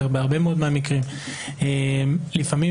לפעמים,